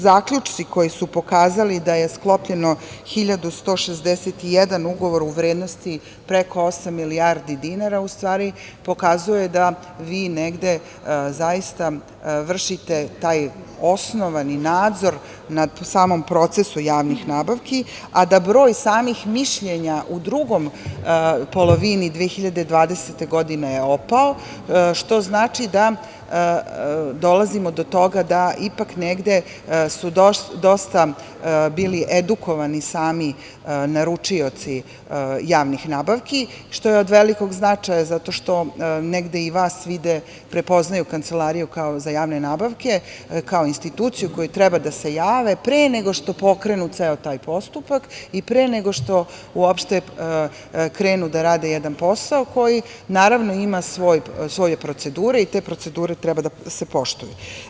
Zaključci koji su pokazali da je sklopljeno 1.161 ugovor u vrednosti od preko osam milijardi dinara u stvari pokazuje da vi negde zaista vršite taj osnovani nadzor na samom procesu javnih nabavki, a da broj samih mišljenja u drugoj polovini 2020. godine je opao, što znači da dolazimo do toga da ipak negde su dosta bili edukovani sami naručioci javnih nabavki, što je od velikog značaja, zato što negde i vas vide, prepoznaju Kancelariju za javne nabavke kao instituciju u koju treba da se jave pre nego što pokrenu ceo taj postupak i pre nego što uopšte krenu da rade jedan posao koji, naravno, ima svoje procedure i te procedure treba da se poštuje.